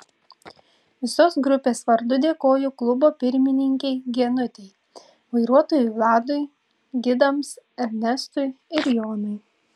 visos grupės vardu dėkoju klubo pirmininkei genutei vairuotojui vladui gidams ernestui ir jonui